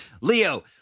Leo